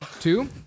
Two